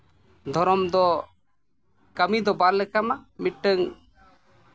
ᱫᱷᱚᱨᱚᱢ ᱫᱚ ᱠᱟᱹᱢᱤ ᱫᱚ ᱵᱟᱨ ᱞᱮᱠᱟᱱᱟ ᱢᱤᱫᱴᱟᱹᱝ